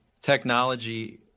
technology